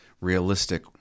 realistic